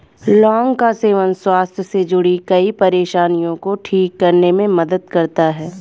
लौंग का सेवन स्वास्थ्य से जुड़ीं कई परेशानियों को ठीक करने में मदद करता है